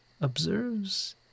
observes